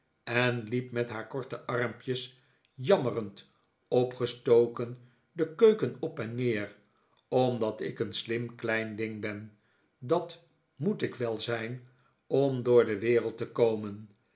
en liep met haar korte armpjes jammerend opgestoken de keuken op en neer omdat ik een slim klein ding ben dat moet ik wel zijn om door de wereld te komen